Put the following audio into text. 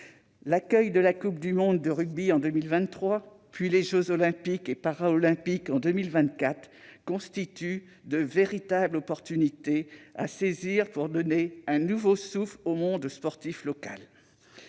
L'accueil de la Coupe du monde de rugby en 2023, puis des jeux Olympiques et Paralympiques en 2024, constitue de véritables occasions à saisir pour donner un nouveau souffle au monde sportif local.